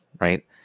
right